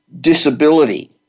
disability